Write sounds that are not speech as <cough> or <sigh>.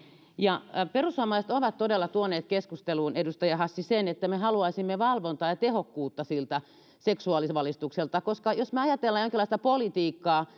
perussuomalaiset ovat todella tuoneet keskusteluun sen edustaja hassi että me haluaisimme valvontaa ja tehokkuutta siltä seksuaalivalistukselta koska jos me ajattelemme jonkinlaista politiikkaa <unintelligible>